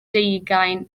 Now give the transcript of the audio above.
deugain